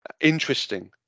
interesting